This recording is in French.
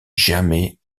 jamais